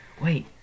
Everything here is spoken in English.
Wait